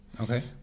Okay